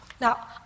Now